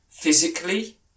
Physically